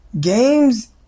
games